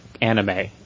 anime